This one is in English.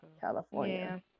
California